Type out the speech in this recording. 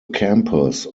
campus